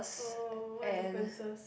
oh what differences